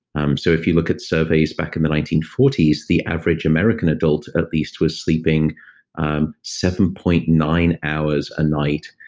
um so if you look at surveys back in the nineteen forty s, the average american adult at least was sleeping um seven point nine hours a night.